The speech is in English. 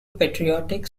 patriotic